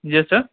yes sir